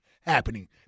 happening